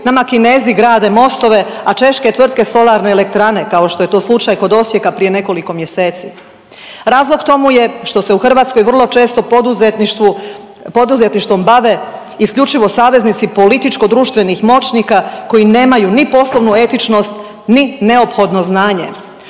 nama Kinezi grade mostove, a češke tvrtke solarne elektrane kao što je to slučaj kod Osijeka prije nekoliko mjeseci. Razlog k tomu je što se u Hrvatskoj vrlo često poduzetništvom bave isključivo saveznici političko društvenih moćnika koji nemaju ni poslovnu etičnost ni neophodno znanje.